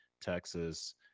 Texas